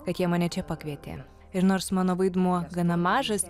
kad jie mane čia pakvietė ir nors mano vaidmuo gana mažas